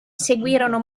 seguirono